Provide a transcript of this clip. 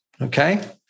okay